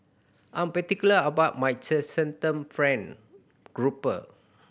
I'm particular about my friend grouper